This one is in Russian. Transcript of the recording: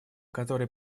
которые